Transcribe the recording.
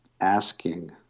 asking